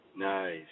Nice